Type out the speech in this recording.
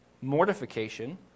Mortification